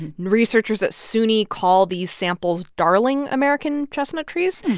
researchers at suny call these samples darling american chestnut trees.